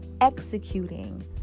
executing